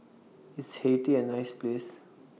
IS Haiti A nice Place